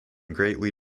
greatly